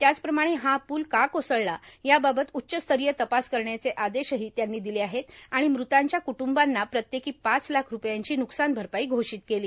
त्याचप्रमाणे हा पूल का कोसळ्ला याबाबत उच्चस्तरीय तपास करण्याचे आदेशही त्यांनी दिले आणि मृतांच्या कुट्रंबांना प्रत्येकी पाच लाख रूपयांची नुकसान भरपाई घोषित केली